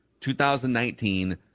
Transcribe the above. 2019